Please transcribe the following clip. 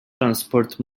transport